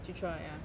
chitra ya